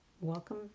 welcome